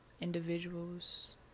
individuals